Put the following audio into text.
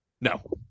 No